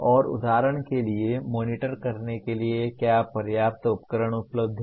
और उदाहरण के लिए मॉनिटर करने के लिए क्या पर्याप्त उपकरण उपलब्ध हैं